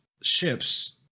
ships